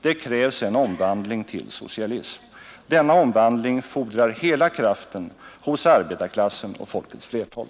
Det krävs en omvandling till socialism. Denna omvandling fordrar hela kraften hos arbetarklassen och folkets flertal.